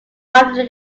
under